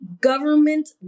government